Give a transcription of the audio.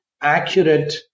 accurate